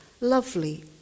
lovely